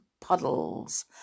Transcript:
puddles